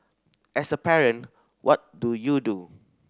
as a parent what do you do